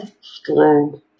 strong